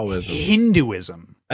Hinduism